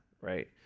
Right